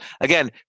Again